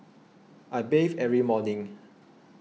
I bathe every morning